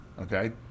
okay